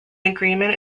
agreement